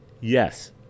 Yes